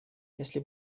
если